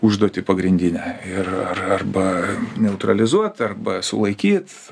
užduotį pagrindinę ir ar arba neutralizuot arba sulaikyt